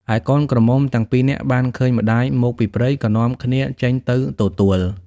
ឯកូនក្រមុំទាំងពីរនាក់ បានឃើញ ម្ដាយមកពីព្រៃក៏នាំគ្នាចេញទៅទទួល។